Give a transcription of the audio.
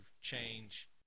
change